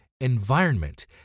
environment